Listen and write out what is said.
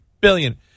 billion